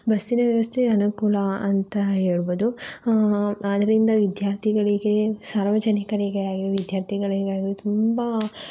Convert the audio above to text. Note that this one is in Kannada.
ಬಸ್ಸಿನ ವ್ಯವಸ್ಥೆ ಅನುಕೂಲ ಅಂತ ಹೇಳ್ಬೋದು ಆದ್ದರಿಂದ ವಿದ್ಯಾರ್ಥಿಗಳಿಗೆ ಸಾರ್ವಜನಿಕರಿಗೆ ಆಗಲಿ ವಿದ್ಯಾರ್ಥಿಗಳಿಗೇ ಆಗಲಿ ತುಂಬ